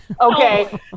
Okay